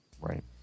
right